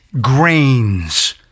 grains